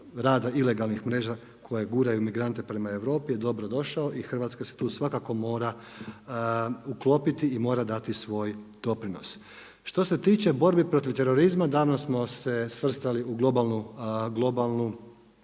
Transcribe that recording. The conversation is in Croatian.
ilegalnih mreža koje guraju migrante prema Europi, je dobrodošao i Hrvatska se tu svakako mora uklopiti i mora dato svoj doprinos. Što se tiče borbi protiv terorizma, danas smo se svrstali u globalnu